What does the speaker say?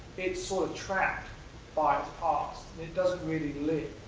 it's sort of trapped by its past, it doesn't really live.